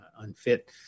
unfit